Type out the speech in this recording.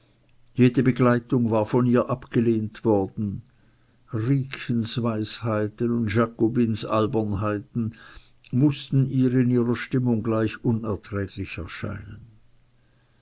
jede begleitung war von ihr abgelehnt worden riekchens weisheiten und jakobinens albernheiten mußten ihr in ihrer stimmung gleich unerträglich erscheinen